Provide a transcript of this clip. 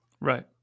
Right